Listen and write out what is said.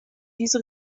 diese